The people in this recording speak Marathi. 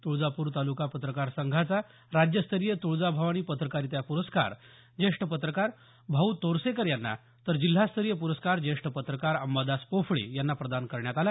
तुळजापूर तालुका पत्रकार संघाचा राज्यस्तरीय तुळजाभवानी पत्रकारिता पुरस्कार ज्येष्ठ पत्रकार भाऊ तोरसेकर यांना तर जिल्हास्तरीय पुरस्कार ज्येष्ठ पत्रकार अंबादास पोफळे यांना प्रदान करण्यात आला